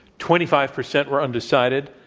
twenty five percent were undecided.